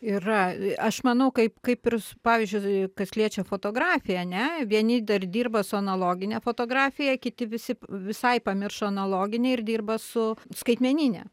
yra aš manau kaip kaip ir pavyzdžiui kas liečia fotografiją ane vieni dar dirba su analogine fotografija kiti visi visai pamiršo analoginę ir dirba su skaitmenine